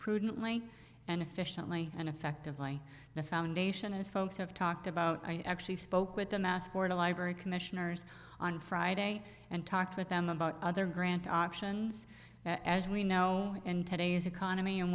prudently and efficiently and effectively the foundation is folks have talked about i actually spoke with a massport a library commissioners on friday and talked with them about other grant options as we know in today's economy and